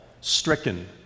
stricken